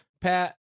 Pat